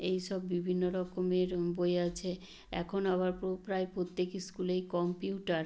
এই সব বিভিন্ন রকমের বই আছে এখন আবার প্রায় প্রত্যেক স্কুলেই কম্পিউটার